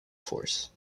force